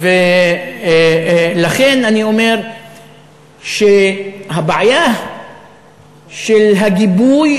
לכן אני אומר שהבעיה של הגיבוי,